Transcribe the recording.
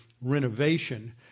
renovation